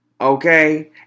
okay